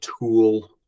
tool